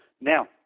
Now